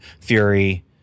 Fury